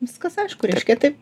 viskas aišku reiškia taip